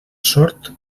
sort